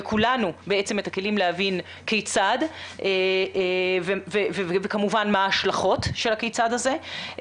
לכולנו את הכלים להבין כיצד וכמובן מה ההשלכות של הכיצד הזה.